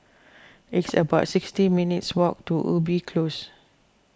it's about sixty minutes' walk to Ubi Close